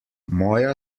moja